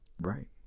Right